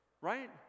Right